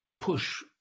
push